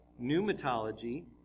pneumatology